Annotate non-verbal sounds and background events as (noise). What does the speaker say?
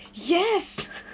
yes (laughs)